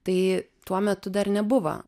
tai tuo metu dar nebuvo